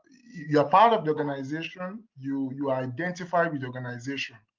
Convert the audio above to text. you're part of the organization. you you identify with organization.